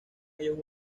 ellos